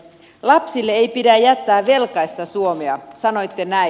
lapsille ei pidä jättää velkaista suomea sanoitte näin